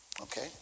okay